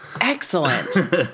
Excellent